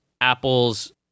Apple's